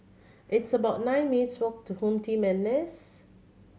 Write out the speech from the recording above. it's about nine minutes' walk to HomeTeam N S